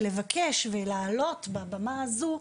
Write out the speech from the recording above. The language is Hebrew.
לבקש ולהעלות בבמה הזו,